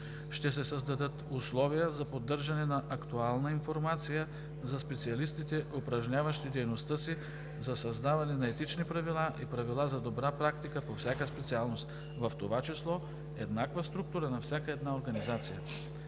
Ще се създадат условия за поддържане на актуална информация за специалистите, упражняващи дейността си за създаване на етични правила и правила за добра практика по всяка специалност, в това число еднаква структура на всяка една организация.